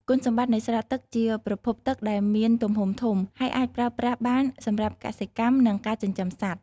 គុណសម្បត្តិនៃស្រះទឹក ជាប្រភពទឹកដែលមានទំហំធំ ហើយអាចប្រើប្រាស់បានសម្រាប់កសិកម្ម និងការចិញ្ចឹមសត្វ។